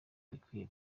bikwiye